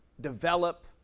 develop